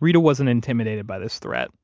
reta wasn't intimidated by this threat.